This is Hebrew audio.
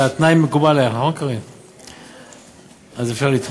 והתנאי מקובל עלייך, נכון, קארין?